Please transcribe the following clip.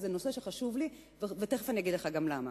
זה נושא שחשוב לי, ותיכף אני אגיד לך גם למה.